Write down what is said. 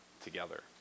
together